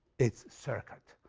its circuit.